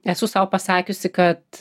esu sau pasakiusi kad